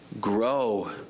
Grow